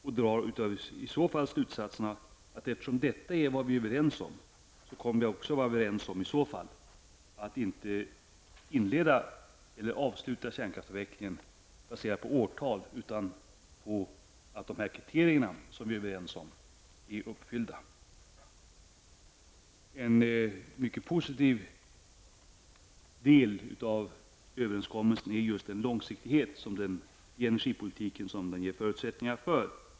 Vi drar av detta slutsatsen att eftersom detta är vad vi är överens om kommer vi också i så fall att vara överens om att inte inleda eller avsluta kärnkraftsavvecklingen baserat på årtal utan på att de kriterier vi är överens om är uppfyllda. En mycket positiv del av överenskommelsen är just den långsiktighet i energipolitiken som den ger förutsättningar för.